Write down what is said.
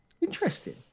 Interesting